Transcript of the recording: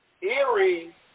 Erie